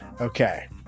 okay